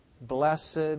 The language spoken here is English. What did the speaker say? Blessed